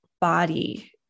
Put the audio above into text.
body